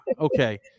okay